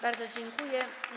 Bardzo dziękuję.